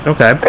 Okay